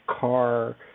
car